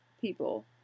people